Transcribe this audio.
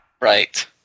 Right